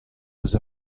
eus